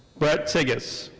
brett tigges.